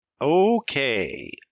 Okay